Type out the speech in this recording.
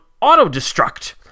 auto-destruct